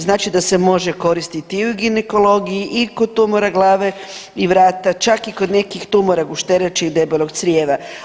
Znači da se može koristiti i u ginekologiji, i kod tumora glave i vrata, čak i kod nekih tumora gušterače i debelog crijeva.